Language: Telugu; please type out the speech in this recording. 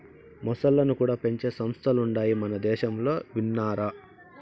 మొసల్లను కూడా పెంచే సంస్థలుండాయి మనదేశంలో విన్నారా